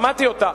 שמעתי אותה.